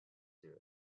their